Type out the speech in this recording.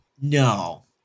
No